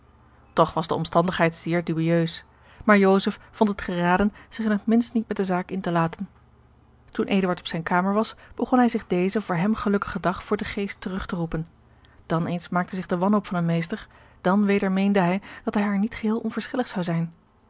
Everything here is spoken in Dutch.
toch was de omstandigheid zeer dubieus maar joseph vond het geraden zich in het minst niet met de zaak in te laten toen eduard op zijne kamer was begon hij zich dezen voor hem gelukkigen dag voor den geest terug te roepen dan eens maakte george een ongeluksvogel zich de wanhoop van hem meester dan weder meende hij dat hij haar niet geheel onverschillig zou zijn